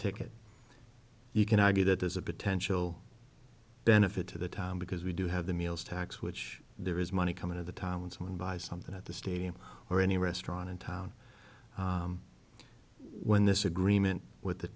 ticket you can argue that there's a potential benefit to the time because we do have the meals tax which there is money coming at the time when someone buys something at the stadium or any restaurant in town when this agreement with the